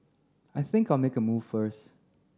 I think I'll make a move first